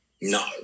No